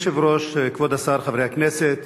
אדוני היושב-ראש, כבוד השר, חברי הכנסת,